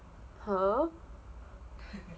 !huh!